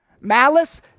Malice